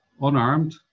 unarmed